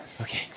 Okay